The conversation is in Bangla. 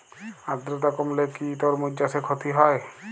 আদ্রর্তা কমলে কি তরমুজ চাষে ক্ষতি হয়?